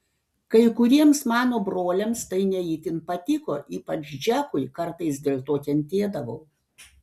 kai kuriems mano broliams tai ne itin patiko ypač džekui kartais dėl to kentėdavau